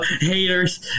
haters